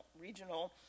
regional